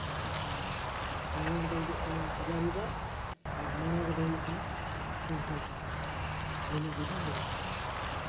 ᱟᱨ ᱯᱩᱱᱭᱟᱹ ᱨᱮᱫᱚ ᱦᱩᱭᱩᱜ ᱠᱟᱱᱟ ᱦᱟᱡᱟᱨᱤᱵᱟᱜᱽ ᱟᱨ ᱢᱚᱬᱮ ᱨᱮᱫᱚ ᱦᱩᱭᱩᱜ ᱠᱟᱱᱟ ᱥᱟᱱᱛᱟᱞ ᱯᱟᱨᱜᱟᱱᱟ ᱱᱤᱱᱟᱹᱜ ᱜᱤᱧ ᱞᱟᱹᱭᱮᱫᱟ